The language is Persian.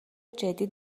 جدی